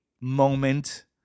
moment